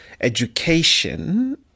education